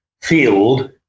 field